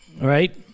right